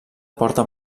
porta